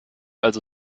also